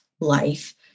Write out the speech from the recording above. life